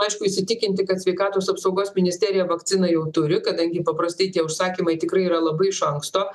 aišku įsitikinti kad sveikatos apsaugos ministerija vakciną jau turi kadangi paprastai tie užsakymai tikrai yra labai iš anksto